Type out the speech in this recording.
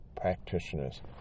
practitioners